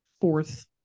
fourth